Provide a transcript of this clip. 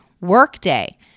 workday